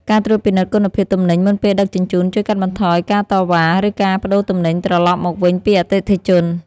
ការត្រួតពិនិត្យគុណភាពទំនិញមុនពេលដឹកជញ្ជូនជួយកាត់បន្ថយការតវ៉ា ឬការប្តូរទំនិញត្រឡប់មកវិញពីអតិថិជន។